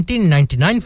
1999